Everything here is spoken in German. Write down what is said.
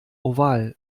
oval